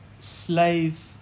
Slave